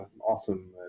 awesome